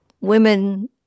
women